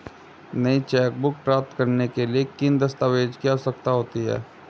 नई चेकबुक प्राप्त करने के लिए किन दस्तावेज़ों की आवश्यकता होती है?